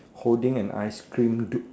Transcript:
holding an ice cream